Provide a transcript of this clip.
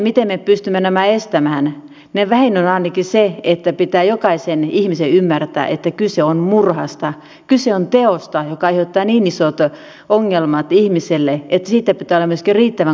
miten me pystymme nämä estämään vähin on ainakin se että pitää jokaisen ihmisen ymmärtää että kyse on murhasta kyse on teosta joka aiheuttaa niin isot ongelmat ihmiselle että siitä pitää olla myöskin riittävän korkeat rangaistukset